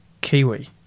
kiwi